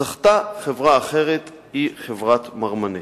זכתה חברה אחרת, היא חברת "מרמנת".